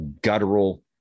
guttural